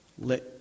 Let